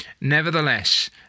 Nevertheless